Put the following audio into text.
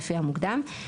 לפי המוקדם,